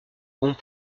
bons